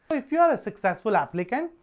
if you are a successful applicant,